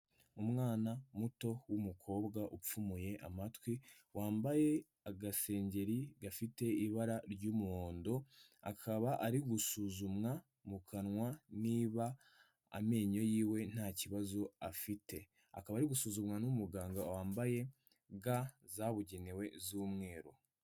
Umwana muto w'umukobwa upfumuye amatwi, wambaye agasengengeri gafite ibara ry'umuhondo, akaba ari gusuzumwa mu kanwa niba amenyo yiwe nta kibazo afite, akaba ari gusuzumwa n'umuganga wambaye ga zabugenewe z'umweru.